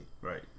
right